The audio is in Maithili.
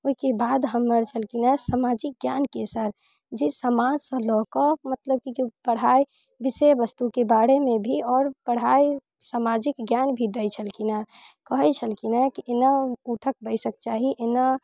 ओइके बाद हमर छलखिन हँ सामाजिक ज्ञानके सर जे समाजसँ लऽ कऽ मतलब की पढ़ाइ सँ विषय वस्तुके बारेमे भी आओर पढ़ाइ समाजिक ज्ञान भी दै छलखिन हँ कहै छलखिन हँ की एना उठक बैसक चाही एना